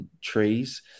trees